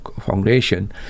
Foundation